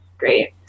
Great